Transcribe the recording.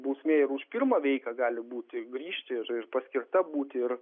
bausmė ir už pirmą veiką gali būti grįžti ir paskirta būti ir